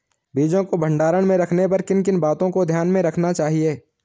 बीजों को भंडारण में रखने पर किन किन बातों को ध्यान में रखना चाहिए?